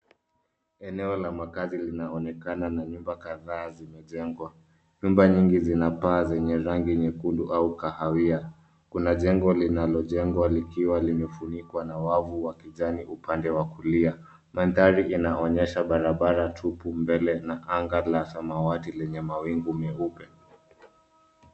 Eneo la makazi linaonekana na nyumba kadhaa zimejengwa. Nyumba nyingi zinapaa zenye rangi nyekundu au kahawia. Kuna jengo linalojengwa likiwa limefunikwa na wavu wa kijani upande wa kulia. Mandhari inaonyesha barabara tupu mbele na anga la samawati lenye mawingu meupe.